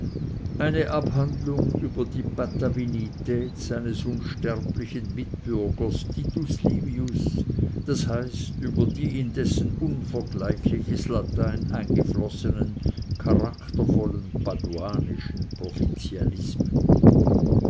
eine abhandlung über die patavinität seines unsterblichen mitbürgers titus livius das heißt über die in dessen unvergleichliches latein eingeflossenen charaktervollen paduanischen